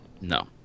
No